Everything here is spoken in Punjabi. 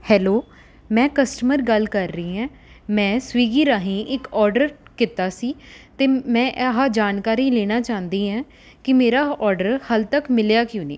ਹੈਲੋ ਮੈਂ ਕਸਟਮਰ ਗੱਲ ਕਰ ਰਹੀ ਐਂ ਮੈਂ ਸਵਿਗੀ ਰਾਹੀਂ ਇੱਕ ਔਡਰ ਕੀਤਾ ਸੀ ਅਤੇ ਮੈਂ ਆਹ ਜਾਣਕਾਰੀ ਲੈਣਾ ਚਾਹੁੰਦੀ ਹਾਂ ਕਿ ਮੇਰਾ ਔਡਰ ਹਾਲੇ ਤੱਕ ਮਿਲਿਆ ਕਿਉਂ ਨਹੀਂ